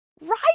Right